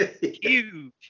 Huge